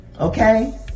Okay